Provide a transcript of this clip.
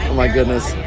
my goodness.